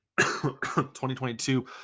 2022